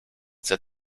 der